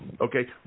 okay